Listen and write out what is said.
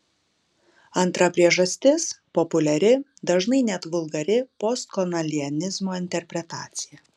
antra priežastis populiari dažnai net vulgari postkolonializmo interpretacija